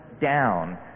down